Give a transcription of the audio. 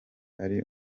ari